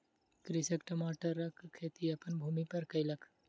कृषक टमाटरक खेती अपन भूमि पर कयलक